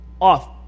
off